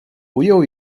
ujął